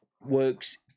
works